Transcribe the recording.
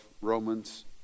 Romans